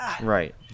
Right